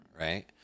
Right